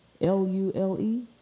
L-U-L-E